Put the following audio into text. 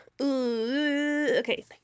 Okay